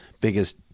biggest